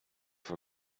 von